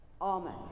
Amen